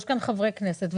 יש כאן חברי כנסת,